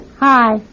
Hi